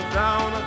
down